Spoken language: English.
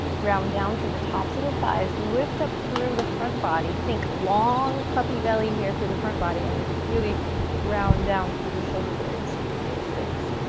ground down through the tops of the thighs, lift up through the front body. think long, puppy belly here through the front body, and then really ground down through the shoulder blades, so create space.